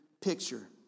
picture